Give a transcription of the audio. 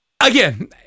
Again